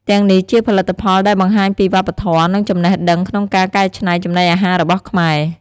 ទាំងនេះជាផលិតផលដែលបង្ហាញពីវប្បធម៌ និងចំណេះដឹងក្នុងការកែច្នៃចំណីអាហាររបស់ខ្មែរ។